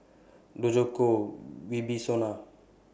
Djoko Wibisono